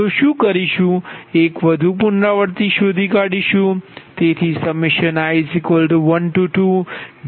તો શું કરીશુ એક વધુ પુનરાવૃત્તિ શોધી કાઢીશુ